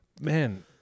man –